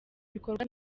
ibikorwa